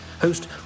host